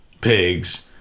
pigs